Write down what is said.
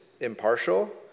impartial